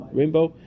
rainbow